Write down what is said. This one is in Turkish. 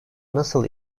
nasıl